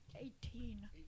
Eighteen